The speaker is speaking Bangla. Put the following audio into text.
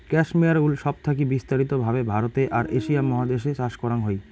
ক্যাসমেয়ার উল সব থাকি বিস্তারিত ভাবে ভারতে আর এশিয়া মহাদেশ এ চাষ করাং হই